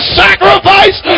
sacrifice